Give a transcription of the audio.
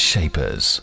Shapers